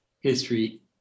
history